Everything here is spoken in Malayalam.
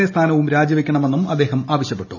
എ സ്ഥാനവും രാജിവയ്ക്കണമെന്നും അദ്ദേഹം ആവശ്യപ്പെട്ടു